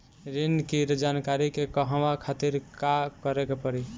ऋण की जानकारी के कहवा खातिर का करे के पड़ी?